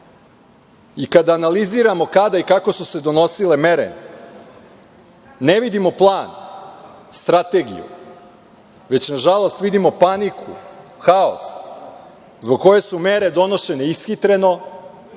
i kada analiziramo kada i kako su se donosile mere, ne vidimo plan, strategiju, već nažalost vidimo paniku, haos, zbog koje su mere donošene ishitreno,